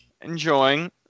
enjoying